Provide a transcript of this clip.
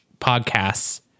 podcasts